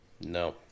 No